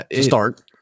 Start